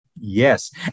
yes